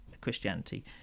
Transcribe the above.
Christianity